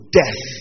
death